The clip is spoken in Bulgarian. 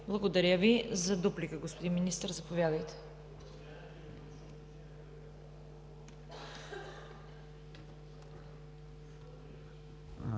Благодаря Ви. За дуплика, господин министър – заповядайте.